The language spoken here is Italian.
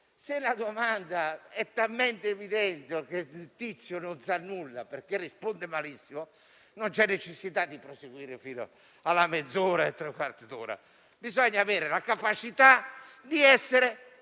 la domanda, è talmente evidente che il candidato non sa nulla perché risponde malissimo, non c'è necessità di proseguire per mezz'ora o tre quarti d'ora. Bisogna avere la capacità di essere